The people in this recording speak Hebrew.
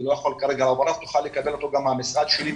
אני לא יכול כרגע לפרט אבל תוכל לקבל אותו גם מהמשרד שלי,